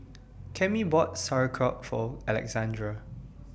Cammie bought Sauerkraut For Alexandre